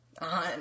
On